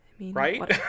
right